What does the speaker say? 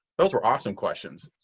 those were awesome questions.